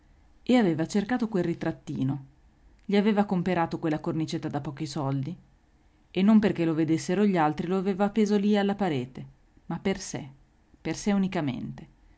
e aveva cercato quel ritrattino gli aveva comperato quella cornicetta da pochi soldi e non perché lo vedessero gli altri lo aveva appeso lì alla parete ma per sé per sé unicamente